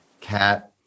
Cat